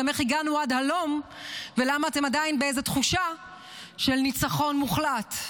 גם איך הגענו עד הלום ולמה אתם עדיין באיזו תחושה של ניצחון מוחלט.